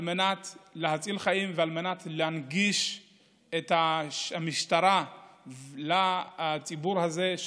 על מנת להציל חיים ועל מנת להנגיש למשטרה את הציבור הזה,